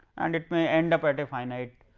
and it may end up at a finite,